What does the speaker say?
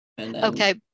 okay